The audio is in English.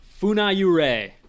Funayure